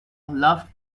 loved